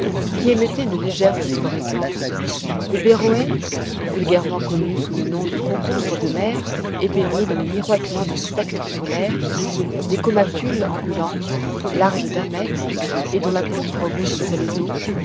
qui émettaient une légère phosphorescence des beroës vulgairement connus sous le nom de concombres de mer et baignés dans les miroitements d'un spectre solaire des comatules ambulantes larges d'un mètre et dont la pourpre rougissait les eaux